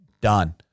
done